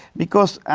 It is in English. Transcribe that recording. because,